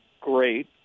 great